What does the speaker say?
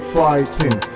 fighting